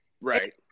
Right